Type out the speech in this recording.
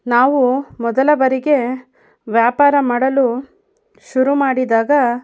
ನಾವು ಮೊದಲ ಬಾರಿಗೆ ವ್ಯಾಪಾರ ಮಾಡಲು ಶುರು ಮಾಡಿದಾಗ